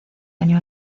año